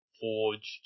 forged